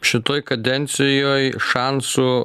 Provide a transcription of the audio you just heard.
šitoj kadencijoj šansų